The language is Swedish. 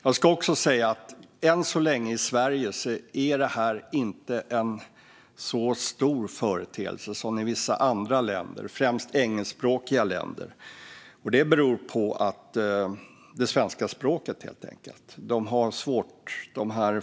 Jag ska också säga att än så länge är det här inte en så stor företeelse i Sverige som det är i vissa andra länder, främst engelskspråkiga, och det beror helt enkelt på det svenska språket.